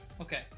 okay